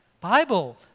Bible